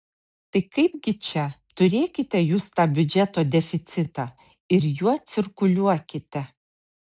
tai kaipgi čia turėkite jūs tą biudžeto deficitą ir juo cirkuliuokite